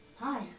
Hi